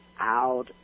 out